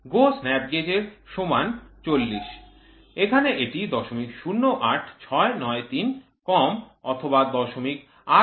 GO snap gauge সমান ৪০০ এখানে এটি ০০৮৬৯৩ কম অথবা ০৮০৬৩ কম হবে ঠিক আছে